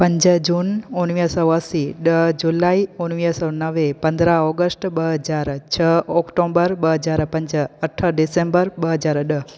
पंज जून उणिवीह सौ असी ॾह जुलाई उणिवीह सौ नवे पंद्रहां ओगस्ट ॿ हज़ार छह अक्टूबर ॿ हज़ार पंज अठ डिसंबर ॿ हज़ार ॾह